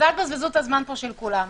אז אל תבזבזו פה את הזמן של כולם.